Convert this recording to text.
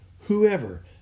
whoever